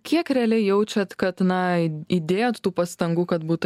kiek realiai jaučiat kad na įdėjot tų pastangų kad būta